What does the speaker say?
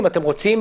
מתקדמים.